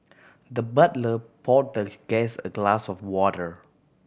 the butler poured the guest a glass of water